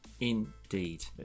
Indeed